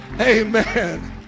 amen